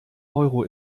euro